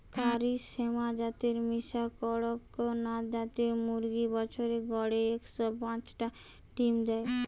কারি শ্যামা জাতের মিশা কড়কনাথ জাতের মুরগি বছরে গড়ে একশ পাচটা ডিম দেয়